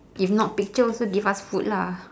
if not picture also give us food lah